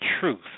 truth